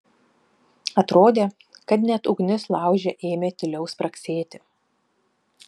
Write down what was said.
atrodė kad net ugnis lauže ėmė tyliau spragsėti